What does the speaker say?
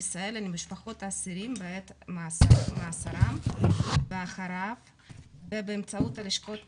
לסייע למשפחות האסירים בעת מאסרם ואחריו באמצעות הלשכות